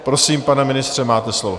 Prosím, pane ministře, máte slovo.